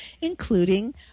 including